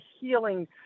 healing